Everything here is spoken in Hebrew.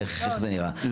איך זה נראה?